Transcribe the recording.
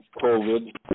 COVID